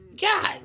God